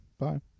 Bye